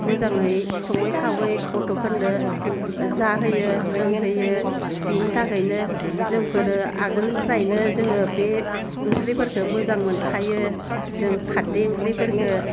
मोजाङै सङै खावै गथ'फोरनो जाहोयो लोंहोयो बिनि थाखायनो जोंफोरो आगोलनिफ्राय जोङो बे ओंख्रिफोरखो मोजां मोनखायो जों खारदै ओंख्रिफोरखो